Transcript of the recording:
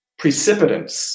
precipitants